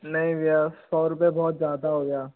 नहीं भैया सौ रुपए बहुत ज़्यादा हो गया